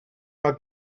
mae